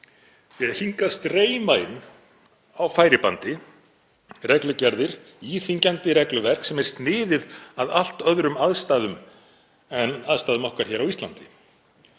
Því að hingað streyma inn á færibandi reglugerðir, íþyngjandi regluverk sem er sniðið að allt öðrum aðstæðum en aðstæðum okkar á Íslandi.